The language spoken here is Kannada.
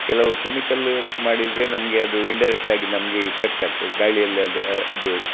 ಕೆಲವು ಕೆಮಿಕಲ್ ಮಾಡಿದರೆ ನಮಗೆ ಅದೂ ಇನ್ಡೈರೆಕ್ಟಾಗಿ ನಮಗೆ ಇಫೆಕ್ಟ್ ಆಗ್ತದೆ ಗಾಳಿಯಲ್ಲಿ ಅದ